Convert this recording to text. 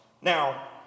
Now